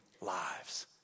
lives